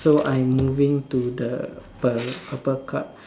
so I'm moving to the upper card